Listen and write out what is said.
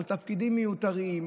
על תפקידים מיותרים,